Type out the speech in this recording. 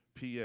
PA